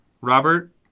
Robert